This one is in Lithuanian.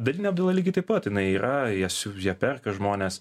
dalinė apdaila lygiai taip pat yra jas ją perka žmonės